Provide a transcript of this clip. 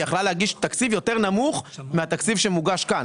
היא יכלה להגיש תקציב יותר נמוך מהתקציב שמוגש כאן,